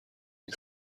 این